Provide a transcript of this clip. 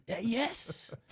Yes